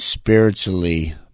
spiritually